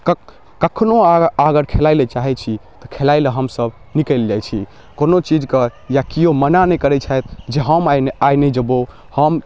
कख कखनहु अगर खेलाइलए चाहै छी तऽ खेलाइलए हमसभ निकलि जाइ छी कोनो चीजके या केओ मना नहि करै छथि जे हम आइ आइ नहि जेबौ हम